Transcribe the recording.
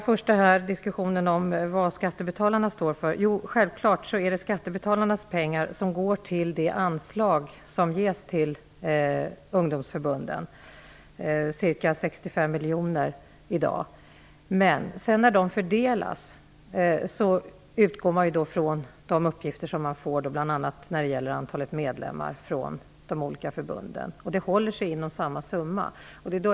Herr talman! Självklart är det skattebetalarnas pengar som går till de anslag, i dag ca 65 miljoner, som ges till ungdomsförbunden. Men när pengarna fördelas utgår man från de uppgifter som har lämnats in av de olika förbunden om bl.a. antalet medlemmar, och de bidrag som delas ut utgår från samma summa.